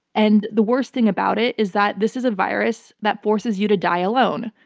and the worst thing about it is that this is a virus that forces you to die alone.